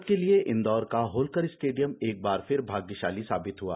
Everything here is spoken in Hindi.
भारत के लिए इंदौर का होलकर स्टेडियम एक बार फिर भाग्यशाली साबित हुआ